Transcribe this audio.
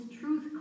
truth